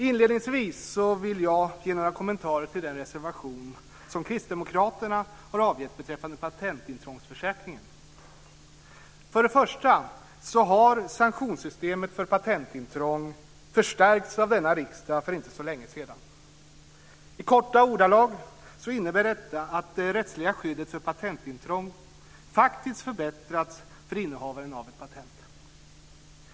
Inledningsvis vill jag ge några kommentarer till den reservation som Kristdemokraterna avgett beträffande patentintrångsförsäkringen. För det första har sanktionssystemet för patentintrång förstärkts av denna riksdag för inte så länge sedan. I korta ordalag innebär detta att det rättsliga skyddet för patentintrång faktiskt förbättrats för innehavaren av ett patent.